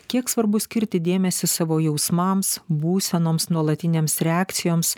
kiek svarbu skirti dėmesį savo jausmams būsenoms nuolatinėms reakcijoms